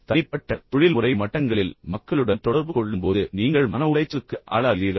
தனிப்பட்ட மற்றும் தொழில்முறை மட்டங்களில் மக்களுடன் தொடர்பு கொள்ளும்போது நீங்கள் மன உளைச்சலுக்கு ஆளாகிறீர்களா